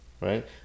right